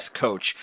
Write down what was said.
coach